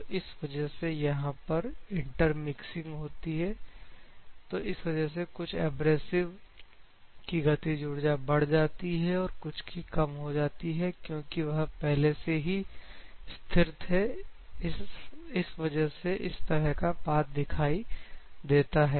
तो इस वजह से यहां पर इंटरमिक्सिंग होती है तो इस वजह से कुछ एब्रेसिव से उसकी गतिज ऊर्जा बढ़ जाती है और कुछ की कम हो जाती है क्योंकि वह पहले से ही स्थिर थे इस वजह से इस तरह का पाथ दिखाई देता है